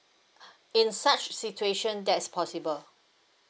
in such situation that's possible